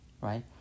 Right